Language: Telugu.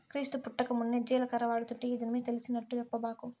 క్రీస్తు పుట్టకమున్నే జీలకర్ర వాడుతుంటే ఈ దినమే తెలిసినట్టు చెప్పబాకు